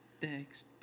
Thanks